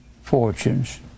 fortunes